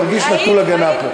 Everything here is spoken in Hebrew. כולל ראש המפלגה שלך.